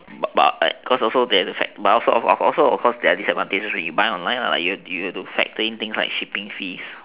but cause also that a but also also also there are disadvantages when you buy online lah you have to you have to factor in the things like shipping fees